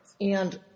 And-